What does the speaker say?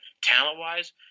talent-wise